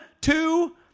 two